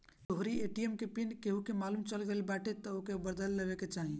तोहरी ए.टी.एम के पिन केहू के मालुम चल गईल बाटे तअ ओके बदल लेवे के चाही